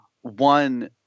one